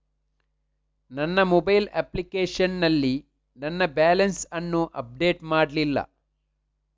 ನನ್ನ mobile application ನಲ್ಲಿ ನನ್ನ ಬ್ಯಾಲೆನ್ಸ್ ಅನ್ನು ಅಪ್ಡೇಟ್ ಮಾಡ್ಲಿಲ್ಲ